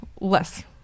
less